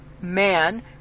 man